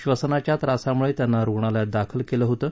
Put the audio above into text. श्वसनाच्या त्रासामुळे त्यांना रुग्णालयात दाखल करण्यात आलं होतं